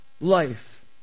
life